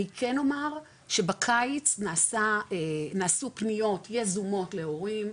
אני כן אומר שבקיץ נעשו פניות יזומות להורים,